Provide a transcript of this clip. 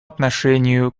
отношению